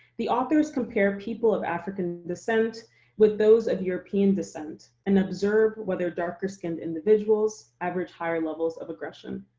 the authors compare people of african descent with those of european descent, and observe whether darker-skinned individuals average higher levels of aggression.